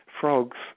frogs